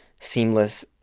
seamless